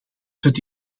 het